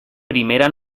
primera